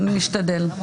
אני אשתדל.